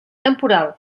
temporal